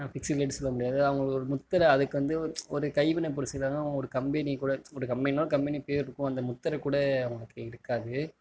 fixed rate சொல்ல முடியாது அவங்களுக்கு ஒரு முத்தரை அதுக்கு வந்து ஒரு கைவினை பொருள் செய்கிறாங்க அவங்க ஒரு கம்பெனி கூட ஒரு கம்பெனினால் ஒரு கம்பெனி பேர் இருக்கும் அந்த முத்தரை கூட அவங்களுக்கு இருக்காது